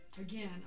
again